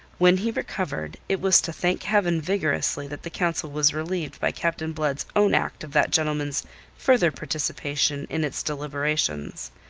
when he recovered, it was to thank heaven vigorously that the council was relieved by captain blood's own act of that gentleman's further participation in its deliberations.